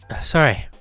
Sorry